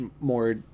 more